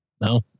no